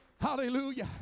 Hallelujah